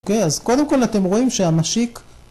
אוקיי, אז קודם כל אתם רואים שהמשיק...